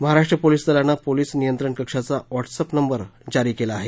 Maharashtra police दलानं police नियंत्रण कक्षाचा व्हॉट्सअॅप नंबर जारी केला आहे